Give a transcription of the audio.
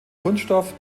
kunststoff